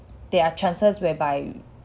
there are chances whereby